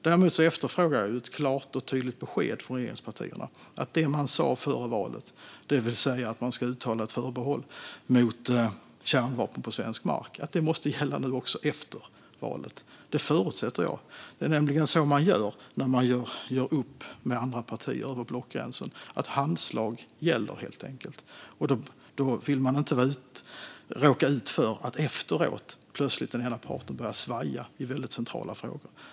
Däremot efterfrågar jag ett klart och tydligt besked från regeringspartierna om att det som de sa före valet, det vill säga att de ska uttala ett förbehåll mot kärnvapen på svensk mark, måste gälla även efter valet. Det förutsätter jag. Det är nämligen så man gör när man gör upp med andra partier över blockgränsen, alltså att handslag helt enkelt gäller. Då vill man inte råka ut för att den ena parten efteråt plötsligt börjar svaja i väldigt centrala frågor.